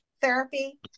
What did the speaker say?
therapy